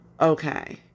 Okay